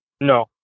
No